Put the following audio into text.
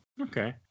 Okay